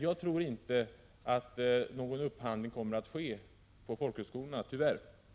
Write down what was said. Jag tror inte att någon upphandling kommer att ske på folkhögskolorna, och det är i så fall beklagligt.